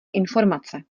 informace